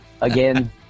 again